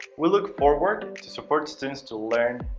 we look forward to supporting students to learn,